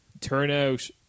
turnout